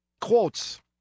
quotes